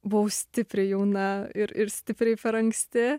buvau stipri jauna ir ir stipriai per anksti